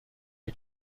فکر